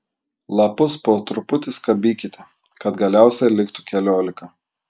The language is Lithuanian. lapus po truputį skabykite kad galiausiai liktų keliolika